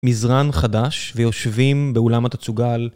מזרן חדש ויושבים באולם התצוגה על...